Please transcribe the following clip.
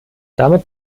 damit